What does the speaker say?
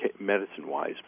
medicine-wise